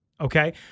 okay